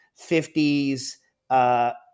50s